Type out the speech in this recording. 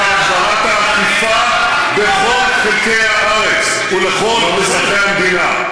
אלא הגברת האכיפה בכל חלקי הארץ ולכל אזרחי המדינה.